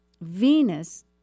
Venus